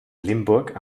limburg